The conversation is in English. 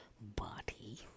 body